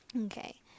Okay